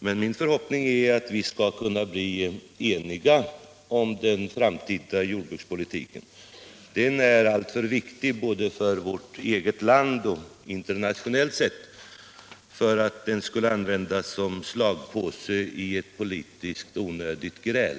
Men min förhoppning är att vi skall kunna bli eniga om den framtida jordbrukspolitiken. Den är alltför viktig både för vårt eget land och internationellt sett för att den skall användas som slagpåse i ett onödigt politiskt gräl.